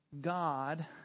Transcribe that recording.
God